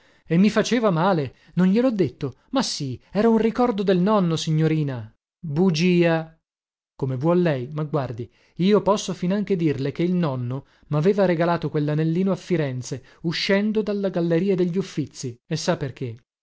e mi faceva male non glielho detto ma sì era un ricordo del nonno signorina bugia come vuol lei ma guardi io posso finanche dirle che il nonno maveva regalato quellanellino a firenze uscendo dalla galleria degli uffizi e sa perché